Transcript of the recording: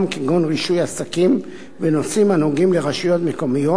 כגון רישוי עסקים ונושאים הנוגעים לרשויות מקומיות,